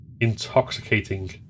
intoxicating